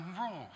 rules